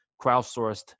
crowdsourced